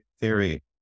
theory